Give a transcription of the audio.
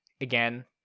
again